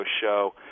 show